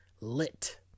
lit